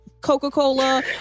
Coca-Cola